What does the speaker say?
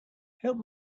help